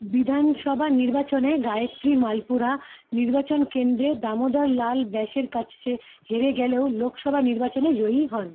বিধানসভা নির্বাচনে গায়ত্রী মালপুরা নির্বাচনকেন্দ্রে দামোদর লাল ব্যাসের কাছে হেরে গেলেও লোকসভা নির্বাচনে জয়ী হন